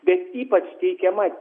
bet ypač teikiama